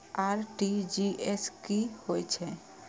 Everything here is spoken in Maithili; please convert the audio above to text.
आर.टी.जी.एस की होय छै